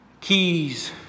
keys